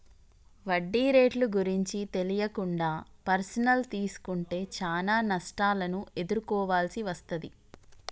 వడ్డీ రేట్లు గురించి తెలియకుండా పర్సనల్ తీసుకుంటే చానా నష్టాలను ఎదుర్కోవాల్సి వస్తది